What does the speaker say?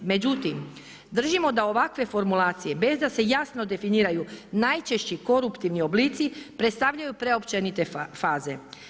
Međutim, držimo da ovakve formulacije bez da se jasno definiraju najčešći koruptivni oblici, predstavljaju preopćenite faze.